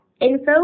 info